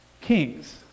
kings